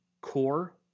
core